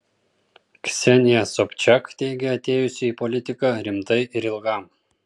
ksenija sobčiak teigia atėjusi į politiką rimtai ir ilgam